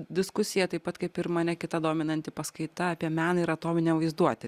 diskusija taip pat kaip ir mane kita dominanti paskaita apie meną ir atominę vaizduotę